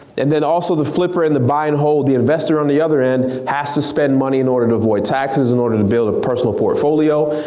and then also the flipper and the buy and hold, the investor on the other end has to spend money in order to avoid taxes, in order to build personal portfolio,